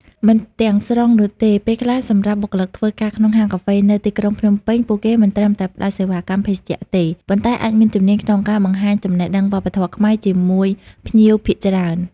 មិនទាំងស្រុងនោះទេ ពេលខ្លះសម្រាប់បុគ្គលិកធ្វើការក្នុងហាងកាហ្វេនៅទីក្រុងភ្នំពេញ ពួកគេមិនត្រឹមតែផ្តល់សេវាកម្មភេសជ្ជៈទេ ប៉ុន្តែអាចមានជំនាញក្នុងការបង្ហាញចំណេះដឹងវប្បធម៌ខ្មែរជាមួយភ្ញៀវភាគច្រើន។